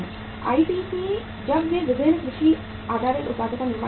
ITC जब वे विभिन्न कृषि आधारित उत्पादों का निर्माण करते हैं